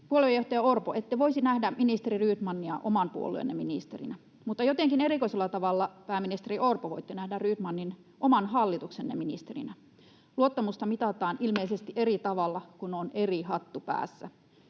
Puoluejohtaja Orpo, ette voisi nähdä ministeri Rydmania oman puolueenne ministerinä, mutta jotenkin erikoisella tavalla, pääministeri Orpo, voitte nähdä Rydmanin oman hallituksenne ministerinä. Luottamusta mitataan ilmeisesti eri tavalla, kun on eri hattu päässä.